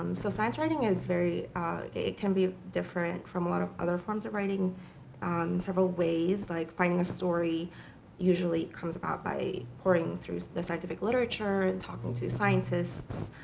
um so science writing is very it can be different from a lot of other forms of writing in several ways. like, writing a story usually comes about by poring through the scientific literature and talking to scientists,